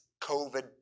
COVID